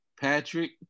Patrick